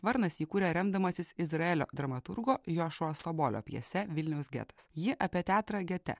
varnas įkūrė remdamasis izraelio dramaturgo jošua sobolio pjese vilniaus getas ji apie teatrą gete